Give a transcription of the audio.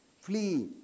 Flee